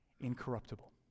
incorruptible